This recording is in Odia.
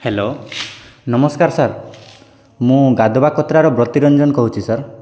ହ୍ୟାଲୋ ନମସ୍କାର ସାର୍ ମୁଁ ଗାଧୁବାକତ୍ରାର ବ୍ରତିରଞ୍ଜନ କହୁଛି ସାର୍